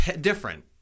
different